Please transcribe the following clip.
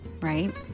right